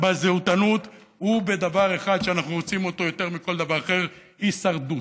בזהותנות ובדבר אחד שאנחנו מוצאים אותו יותר מכל דבר אחר: הישרדות.